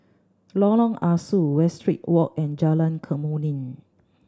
Lorong Ah Soo Westridge Walk and Jalan Kemuning